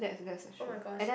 [oh]-my-gosh